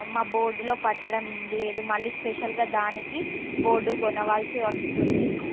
మా బోర్డ్లో పట్టడం లేదు మళ్ళీ స్పెషల్గా దానికి బోర్డ్ కొనాల్సి వస్తుంది